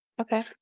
Okay